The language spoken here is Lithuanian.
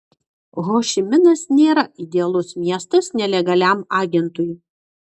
hošiminas nėra idealus miestas nelegaliam agentui